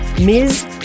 Ms